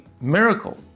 miracle